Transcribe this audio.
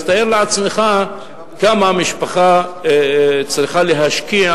אז תאר לעצמך כמה משפחה צריכה להשקיע